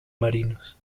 marinos